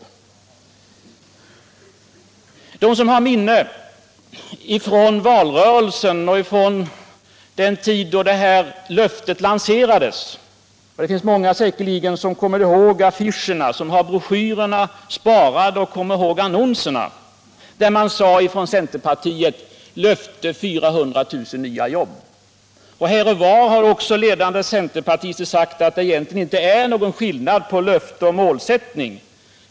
Det är säkerligen många som har minnen från valrörelsen och från den tid då det här löftet lanserades, många som kommer ihåg affischerna och annonserna och som har broschyrerna sparade. Man sade där från centerpartiet: Löfte: 400 000 nya jobb. Här och var har också ledande centerpartister sagt att det egentligen inte är någon skillnad på löfte och målsättning.